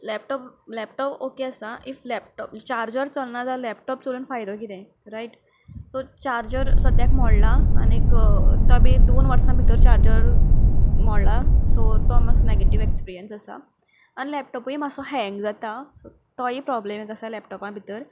laptop laptop okay आसा if laptop charger चलना जाल्यार लॅपटोप चलून फायदो कितें रायट सो चार्जर सद्याक मोडला आनी तो बी दोन वर्सां भितर चार्जर मोडला सो तो एक नॅगेटीव एक्सपिऱ्यंस आसा आनी लॅपटोपूय मातसो हँग जाता सो तोवूय एक प्रोबलम एक आसा लॅपटोपा भितर